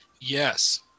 Yes